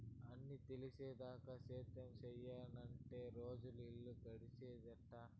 అన్నీ తెలిసేదాకా సేద్యం సెయ్యనంటే రోజులు, ఇల్లు నడిసేదెట్టా